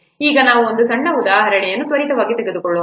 ಈಗ ನಾವು ಒಂದು ಸಣ್ಣ ಉದಾಹರಣೆಯನ್ನು ತ್ವರಿತವಾಗಿ ತೆಗೆದುಕೊಳ್ಳೋಣ